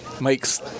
makes